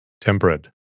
Temperate